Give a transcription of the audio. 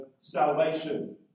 salvation